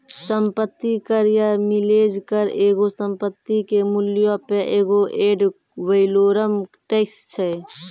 सम्पति कर या मिलेज कर एगो संपत्ति के मूल्यो पे एगो एड वैलोरम टैक्स छै